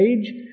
age